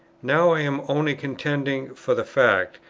now i am only contending for the fact,